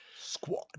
Squad